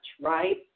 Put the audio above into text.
Right